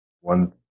one